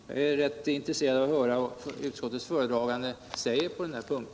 Jag är rätt intresserad av att höra vad utskottets talesman har att säga på den här punkten.